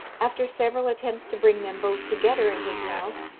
after several attempts to bring them both together in his mouth,